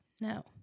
No